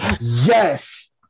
yes